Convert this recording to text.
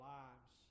lives